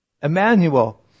Emmanuel